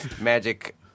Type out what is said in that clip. magic